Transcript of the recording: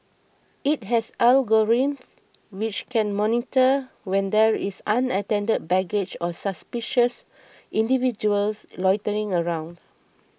it has algorithms which can monitor when there is unattended baggage or suspicious individuals loitering around